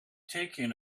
taken